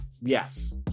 Yes